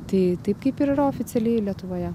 tai taip kaip ir yra oficialiai lietuvoje